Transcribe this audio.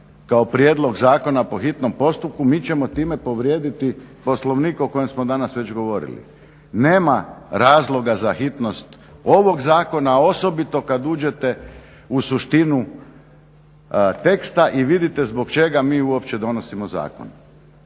kao prijedlog zakona po hitnom postupku mi ćemo time povrijediti Poslovnik o kojem smo danas već govorili. Nema razloga za hitnost ovog zakona osobito kada uđete u suštinu teksta i vidite zbog čega mi uopće donosimo zakon.